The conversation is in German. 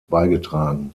beigetragen